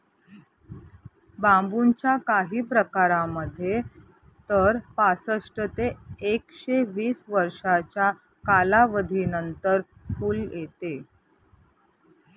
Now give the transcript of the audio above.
बांबूच्या काही प्रकारांमध्ये तर पासष्ट ते एकशे वीस वर्षांच्या कालावधीनंतर फुल येते